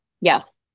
yes